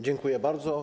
Dziękuję bardzo.